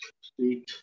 speak